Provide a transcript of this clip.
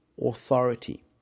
authority